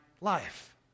life